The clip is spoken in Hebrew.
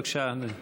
בבקשה, אדוני.